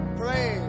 pray